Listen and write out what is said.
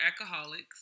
alcoholics